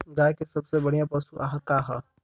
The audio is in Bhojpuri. गाय के सबसे बढ़िया पशु आहार का ह?